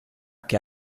che